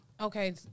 okay